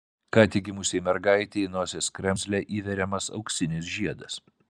ką tik gimusiai mergaitei į nosies kremzlę įveriamas auksinis žiedas